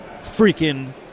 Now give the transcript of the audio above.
freaking